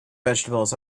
vegetables